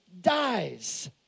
dies